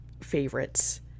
favorites